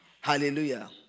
Hallelujah